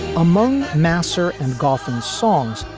among masser and golfing songs,